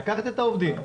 לקחת את העובדים,